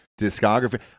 discography